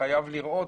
חייב לראות,